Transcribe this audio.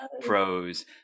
pros